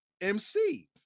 MC